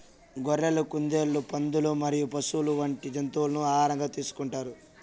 గొర్రెలు, కుందేళ్లు, పందులు మరియు పశువులు వంటి జంతువులను ఆహారంగా తీసుకుంటారు